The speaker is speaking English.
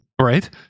Right